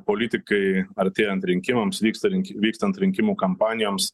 politikai artėjant rinkimams vyksta link vykstant rinkimų kampanijoms